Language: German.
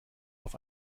auf